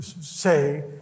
say